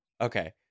Okay